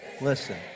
listen